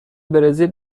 برزیل